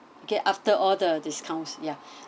okay after all the discounts ya